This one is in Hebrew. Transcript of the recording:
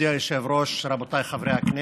מכובדי היושב-ראש, רבותיי חברי הכנסת,